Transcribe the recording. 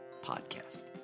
Podcast